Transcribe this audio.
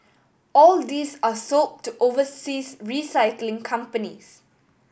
all these are sold to overseas recycling companies